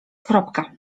kropka